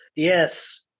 Yes